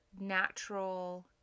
natural